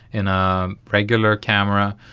in a regular camera,